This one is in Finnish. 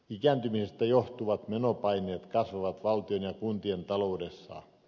ikääntymisestä johtuvat menopaineet kasvavat valtion ja kuntien taloudessa